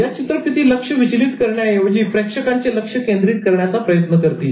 या चित्रफिती लक्ष विचलित करण्याऐवजी प्रेक्षकांचे लक्ष केंद्रित करण्याचा प्रयत्न करतील